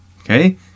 okay